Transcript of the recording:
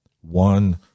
one